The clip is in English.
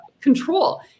control